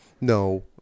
No